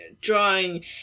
drawing